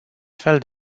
fel